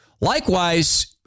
Likewise